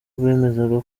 bemezaga